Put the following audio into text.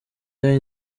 year